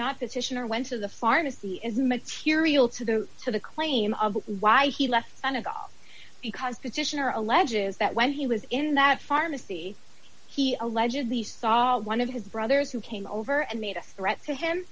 not the titian or went to the pharmacy is immaterial to the to the claim of why he left because the titian or alleges that when he was in that pharmacy he allegedly saw one of his brothers who came over and made a threat to him